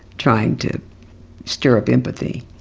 trying to stir up empathy.